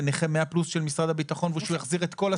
לנכה 100 פלוס של משרד הביטחון ושהוא יחזיר את כל הסכום.